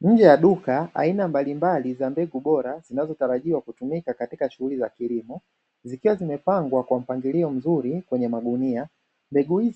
Nje ya duka aina mbalimbali bora zinazotarajiwa kutumika katika shughuli za kilimo zikiwa, zimepangwa kwa mpangilio mzuri kwenye magunia